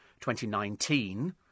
2019